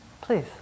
Please